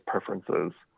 preferences